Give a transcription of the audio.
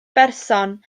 berson